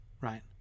Right